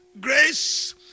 grace